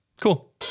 Cool